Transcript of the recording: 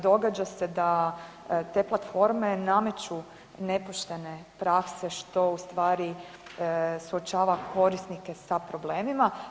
Događa se da te platforme nameću nepoštene pravce, što u stvari suočava korisnike sa problemima.